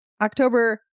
October